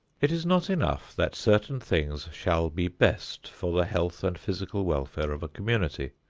it is not enough that certain things shall be best for the health and physical welfare of a community.